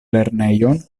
lernejon